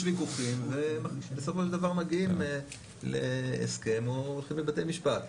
יש ויכוחים ובסופו של דבר מגיעים להסכם או הולכים לבתי משפט,